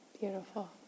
Beautiful